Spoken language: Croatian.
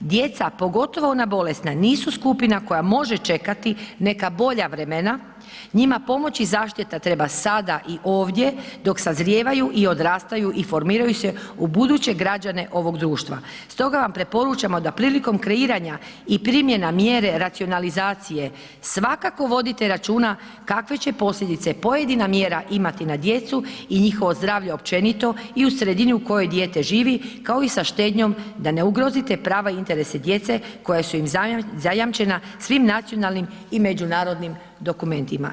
Djeca pogotovo ona bolesna, nisu skupina koja može čekati neka bolja vremena, njima pomoć i zaštita treba sada i ovdje dok sazrijevaju i odrastaju i formiraju u buduće građane ovog društva stoga vam preporučavamo da prilikom kreiranja i primjene mjere racionalizacije, svakako vodite računa kakve će posljedice pojedina mjera imati na djecu i njihovo zdravlje općenito i u sredini u kojoj dijete živi kao i sa štednjom da ne ugrozite prava i interese djece koja su zajamčena svim nacionalnim i međunarodnim dokumentima.